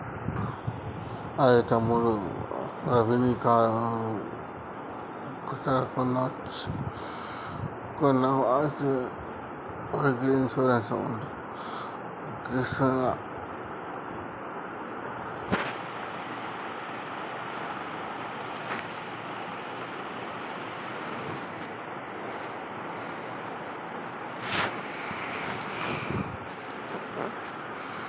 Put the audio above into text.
అరెయ్ తమ్ముడు రవి నీ కారు కొత్తగా కొన్నావ్ అయితే వెహికల్ ఇన్సూరెన్స్ చేసుకో